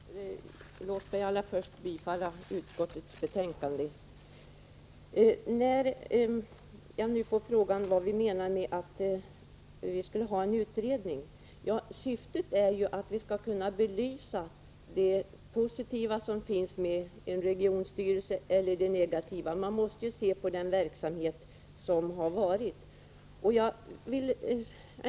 Herr talman! Låt mig allra först yrka bifall till utskottets hemställan. När jag nu får frågan vad vi avser med en utredning, vill jag svara att syftet är att vi skall kunna belysa det positiva eller det negativa med en regionstyrelse. Man måste se på den verksamhet som har varit.